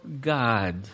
God